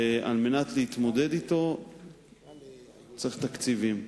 על מנת להתמודד אתו צריך תקציבים.